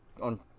on